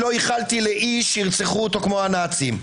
לא איחלתי לאיש שירצחו אותו כמו הנאצים.